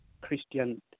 Christian